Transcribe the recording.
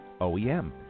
OEM